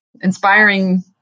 inspiring